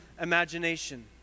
imagination